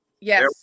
Yes